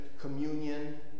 communion